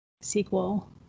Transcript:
sequel